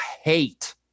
hate